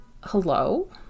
Hello